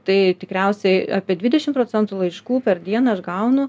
tai tikriausiai apie dvidešim procentų laiškų per dieną aš gaunu